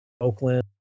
Oakland